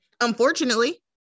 Unfortunately